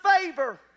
favor